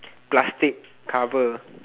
plastic cover